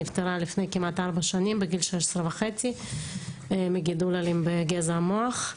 שנפטרה לפני כמעט ארבע שנים בגיל 16.5 מגידול אלים בגזע המוח.